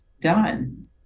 done